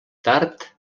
tard